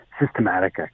systematic